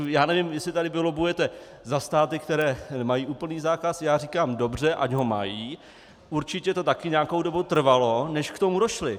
Já nevím, jestli tady vy lobbujete za státy, které mají úplný zákaz, já říkám dobře, ať ho mají, určitě to také nějakou dobu trvalo, než k tomu došli.